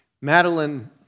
Madeline